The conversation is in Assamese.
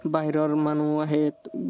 বাহিৰৰ মানুহ আহে